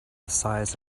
size